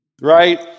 right